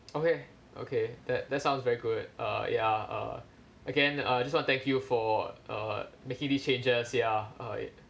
okay okay that that sounds very good uh ya uh again uh just want to thank you for uh making this changes ya err